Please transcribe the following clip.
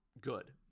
good